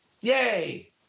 Yay